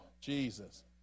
Jesus